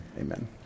amen